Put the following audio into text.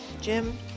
Jim